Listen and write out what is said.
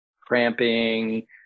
cramping